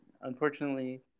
unfortunately